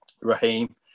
Raheem